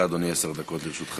בבקשה, אדוני, עשר דקות לרשותך.